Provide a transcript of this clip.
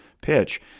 pitch